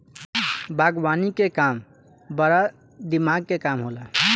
बागवानी के काम बड़ा दिमाग के काम होला